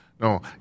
No